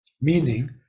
meaning